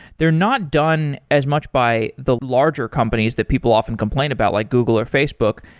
they're not done as much by the larger companies that people often complain about, like google or facebook.